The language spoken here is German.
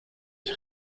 ich